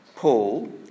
Paul